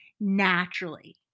naturally